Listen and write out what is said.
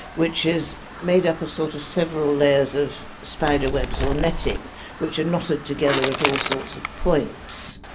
which is made up of sort of several layers of spider webs or netting which are knotted together at all sorts of points.